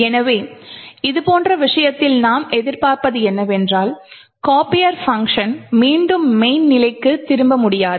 எனவே இதுபோன்ற விஷயத்தில் நாம் எதிர்பார்ப்பது என்னவென்றால் கோபியர் பங்க்ஷன் மீண்டும் main நிலைக்கு திரும்ப முடியாது